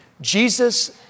Jesus